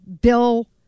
Bill